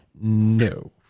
No